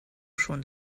schon